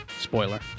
Spoiler